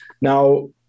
now